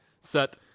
set